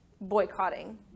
boycotting